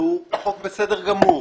והוא חוק בסדר גמור.